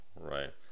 Right